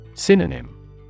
Synonym